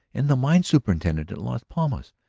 and the mine superintendent at las palmas?